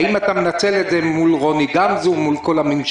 האם אתה מנצל את זה מול רוני גמזו, מול כל הממשל?